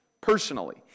personally